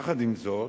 יחד עם זאת,